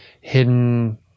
hidden